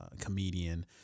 comedian